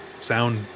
sound